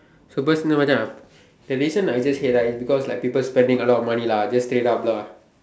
so personal Macha the reason I just say right is because like people spending a lot of money lah just straight up lah